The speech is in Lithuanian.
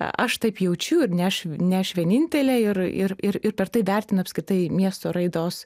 aš taip jaučiu ir ne aš ne aš vienintelė ir ir ir ir per tai vertina apskritai miesto raidos